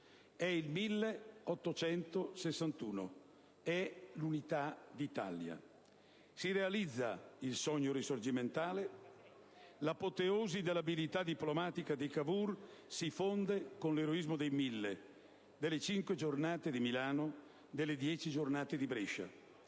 È il 1861, è l'unità d'Italia. Si realizza il sogno risorgimentale, l'apoteosi dell'abilità diplomatica di Cavour si fonde con l'eroismo dei Mille, delle Cinque giornate di Milano, delle Dieci giornate di Brescia.